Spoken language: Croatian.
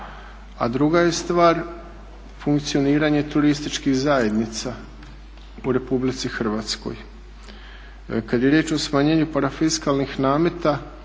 a druga je stvar funkcioniranje turističkih zajednica u Republici Hrvatskoj. Kad je riječ o smanjenju parafiskalnih nameta